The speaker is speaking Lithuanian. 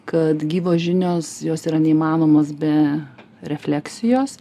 kad gyvos žinios jos yra neįmanomos be refleksijos